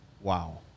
wow